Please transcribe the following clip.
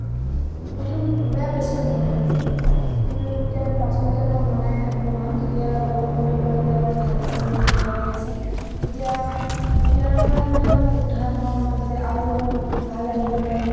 প্ৰথম বেয়া পাইছিলো বনাই মেলি কিন্তু তেতিয়া পাছত যেতিয়া মই বনাও তেতিয়া সকলোয়ে কয় যে ভাল হৈছে ইমান ধুনীয়া বনাইছ তেতিয়া তেতিয়াৰ পৰা মানে অলপ উৎসাহ পাওঁ মনত যে আৰু অলপ ভাল ৰান্ধিব পাৰিম